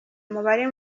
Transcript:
umubare